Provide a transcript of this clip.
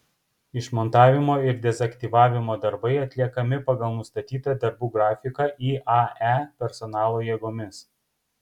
išmontavimo ir dezaktyvavimo darbai atliekami pagal nustatytą darbų grafiką iae personalo jėgomis